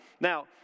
Now